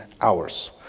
hours